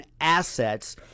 assets